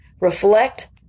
reflect